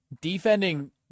Defending